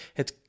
het